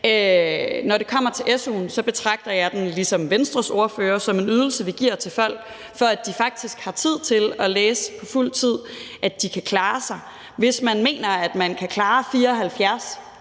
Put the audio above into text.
Når det kommer til su'en, betragter jeg den, ligesom Venstres ordfører, som en ydelse, vi giver til folk, for at de faktisk har tid til at læse på fuld tid og at de kan klare sig. Hvis man mener, at man kan klare 74